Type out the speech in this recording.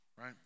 right